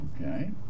okay